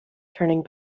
turning